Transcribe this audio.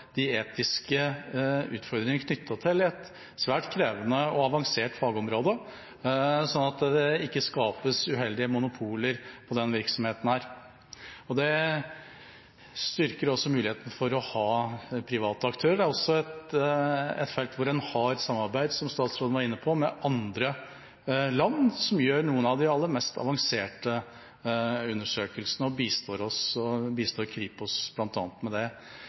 de etiske utfordringene knyttet til et svært krevende og avansert fagområde, slik at det ikke skapes uheldige monopoler i denne virksomheten. Det styrker også muligheten for å ha private aktører. Det er også et felt hvor en har samarbeid – som statsråden var inne på – med andre land, som gjør noen av de aller mest avanserte undersøkelsene og bistår Kripos bl.a. med det.